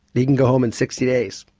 he can go home in sixty days.